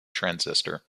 transistor